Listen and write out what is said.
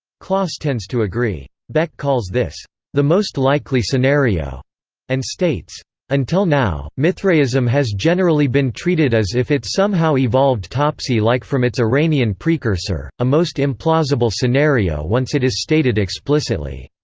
clauss tends to agree. beck calls this the most likely scenario and states until now, mithraism has generally been treated as if it somehow evolved topsy-like from its iranian precursor a most implausible scenario once it is stated explicitly.